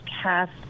cast